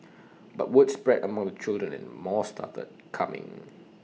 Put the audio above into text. but word spread among the children and more started coming